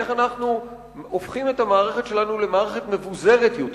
איך אנחנו הופכים את המערכת שלנו למערכת מבוזרת יותר.